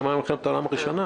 מעולם,